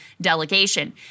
delegation